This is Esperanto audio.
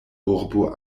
urbo